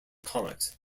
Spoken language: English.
comics